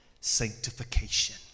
sanctification